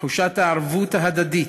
תחושת הערבות ההדדית,